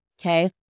okay